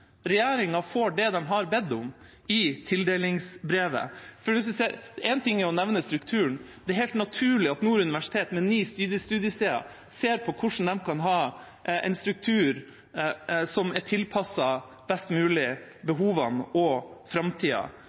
Regjeringa får det de har bedt om i tildelingsbrevet. Én ting er å nevne strukturen. Det er helt naturlig at Nord universitet, med ni studiesteder, ser på hvordan de kan ha en struktur som er best mulig tilpasset behovene og framtida,